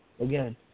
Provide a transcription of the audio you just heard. Again